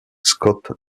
scott